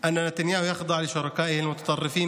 שנתניהו נכנע לשותפיו הקיצוניים,